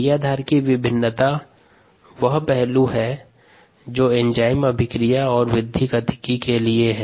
क्रियाधार सांद्रता की विभिन्नता वह पहलु है जो एंजाइम अभिक्रिया और वृद्धि गतिकी के लिए है